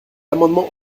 amendement